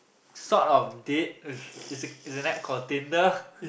sort of did with is an App called Tinder